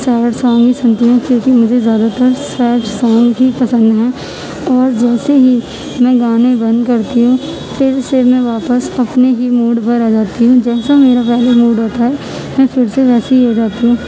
sad song ہی سنتی ہوں کیونکہ مجھے زیادہ تر سیڈ سانگ ہی پسند ہیں اور جیسے ہی میں گانے بند کرتی ہوں پھر سے میں واپس اپنے ہی موڈ پر آ جاتی ہوں جیسا میرا پہلے موڈ ہوتا ہے میں پھر سے ویسے ہی ہو جاتی ہوں